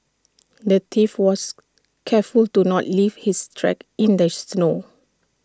the thief was careful to not leave his tracks in the snow